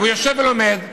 הוא יושב ולומד,